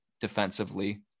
defensively